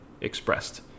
expressed